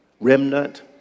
remnant